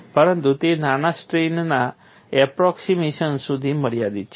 પરંતુ તે નાના સ્ટ્રેઇનના એપ્રોક્સિમેશન સુધી મર્યાદિત છે